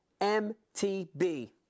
MTB